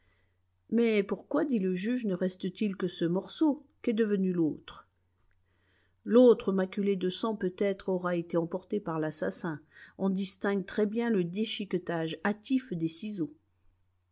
mais pourquoi dit le juge ne reste-t-il que ce morceau qu'est devenu l'autre l'autre maculé de sang peut-être aura été emporté par l'assassin on distingue très bien le déchiquetage hâtif des ciseaux